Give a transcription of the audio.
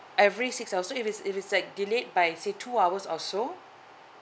every six hour so if it's if it's like delayed by say two hours or so